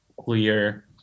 clear